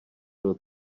byl